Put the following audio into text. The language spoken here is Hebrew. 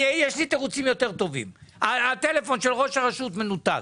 יש לי תירוצים יותר טובים הטלפון של ראש הרשות מנותק.